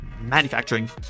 manufacturing